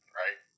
right